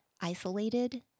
isolated